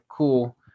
cool